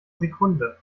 sekunde